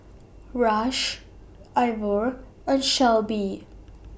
Rush Ivor and Shelbi